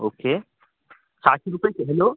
okay सहाशे रुपयांचे hello